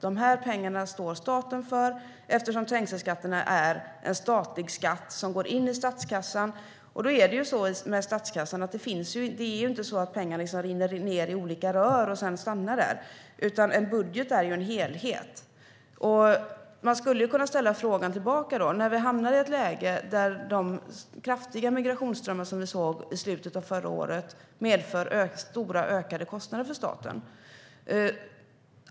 De här pengarna står staten för, eftersom trängselskatten är en statlig skatt som går in i statskassan. När det gäller statskassan är det inte så att pengarna liksom rinner ned i olika rör och att de sedan stannar där, utan en budget är en helhet. Man skulle kunna ställa en fråga tillbaka. Vi hamnade i ett läge där de kraftiga migrationsströmmar som vi såg i slutet av förra året medförde stora ökade kostnader för staten.